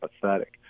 pathetic